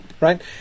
Right